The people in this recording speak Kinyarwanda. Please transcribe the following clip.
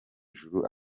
ijuru